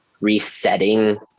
resetting